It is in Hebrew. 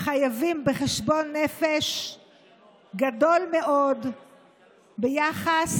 חייבים חשבון נפש גדול מאוד ביחס,